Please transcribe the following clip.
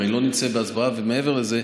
הרי לא נצא בהסברה, ומעבר לזה,